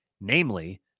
namely